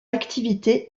activité